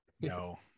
No